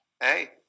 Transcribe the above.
Hey